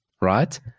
right